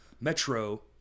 Metro